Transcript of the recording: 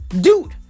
Dude